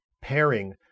pairing